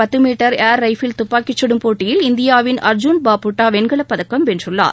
பத்து metre air rifle துப்பாக்கிச்சுடும் போட்டியில் இந்தியாவின் அர்ஜுன் பாபுட்டா ஆடவர் வெண்கலப்பதக்கம் வென்றுள்ளார்